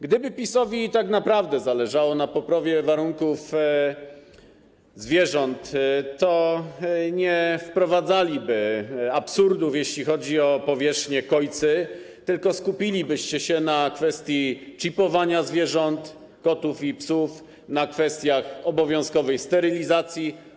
Gdyby PiS-owi tak naprawdę zależało na poprawie warunków życia zwierząt, to nie wprowadzano by absurdów, jeśli chodzi o powierzchnię kojca, tylko skupiono by się na kwestii czipowania zwierząt, kotów i psów, kwestii obowiązkowej sterylizacji.